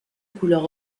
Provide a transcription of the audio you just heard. couleur